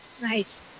Nice